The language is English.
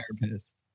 therapist